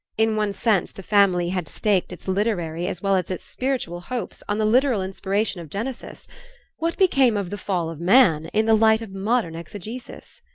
in one sense the family had staked its literary as well as its spiritual hopes on the literal inspiration of genesis what became of the fall of man in the light of modern exegesis?